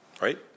Right